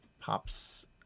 pops